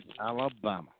Alabama